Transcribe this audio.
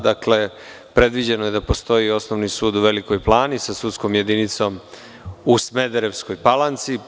Dakle, predviđeno je da postoji Osnovni sud u Velikoj Plani sa sudskom jedinicom u Smederevskoj Palanci.